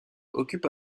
occupe